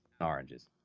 oranges